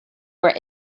were